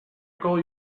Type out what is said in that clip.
call